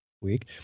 week